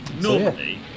normally